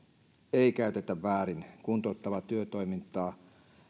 ei käytetä väärin kuntouttavaa työtoimintaa